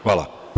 Hvala.